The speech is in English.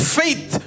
faith